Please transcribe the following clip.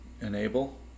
enable